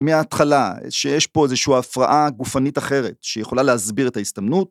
מההתחלה, שיש פה איזושהי הפרעה גופנית אחרת שיכולה להסביר את ההסתמנות.